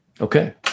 Okay